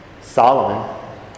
Solomon